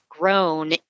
Grown